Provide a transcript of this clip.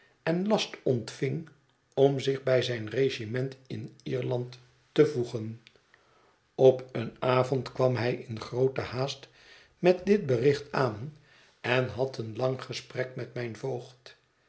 en last ontving om zich bij zijn regiment in ierland te voegen op een avond kwam hij in groote haast met dit bericht aan en had een lang gesprek met mijn voogd